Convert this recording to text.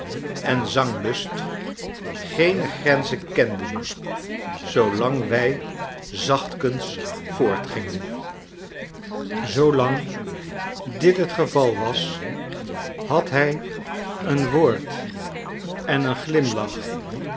en zanglust geene grenzen kenden zoolang wij zachtkens voortgingen zoolang dit het geval was had hij een woord en een glimlach